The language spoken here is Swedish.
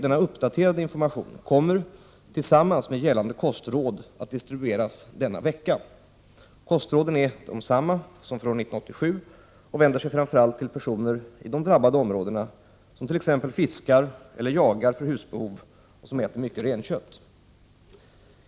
Denna uppdaterade information kommer tillsammans med gällande kostråd att distribueras denna vecka. Kostråden är desamma som för år 1987 och vänder sig framför allt till personer i de drabbade områdena som t.ex. fiskar eller jagar för husbehov eller som äter mycket renkött.